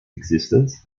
existence